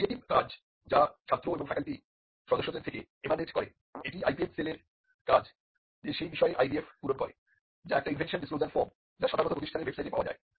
creative কাজ যা ছাত্র এবং ফ্যাকাল্টি সদস্যদের থেকে এমানেট করে এটি IPM সেলের কাজ যে সেই বিষয়ে IDF পূরণ করে যা একটি ইনভেনশন ডিসক্লোজার ফর্ম যা সাধারণত প্রতিষ্ঠানের ওয়েবসাইটে পাওয়া যায়